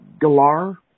Galar